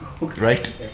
Right